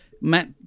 matt